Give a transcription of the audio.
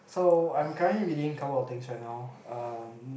so I'm currently reading couple of things right now um